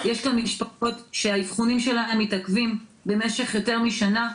יש כאן משפחות שהאבחונים שלהם מתעכבים במשך יותר משנה.